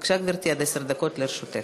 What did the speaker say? בבקשה, גברתי, עד עשר דקות לרשותך.